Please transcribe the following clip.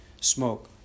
smoke